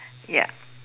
ya